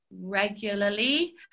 regularly